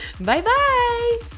Bye-bye